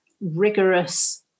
rigorous